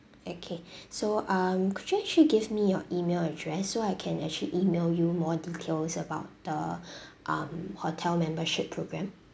okay so um could you actually give me your email address so I can actually email you more details about the um hotel membership program